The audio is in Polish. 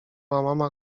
mama